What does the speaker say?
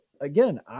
again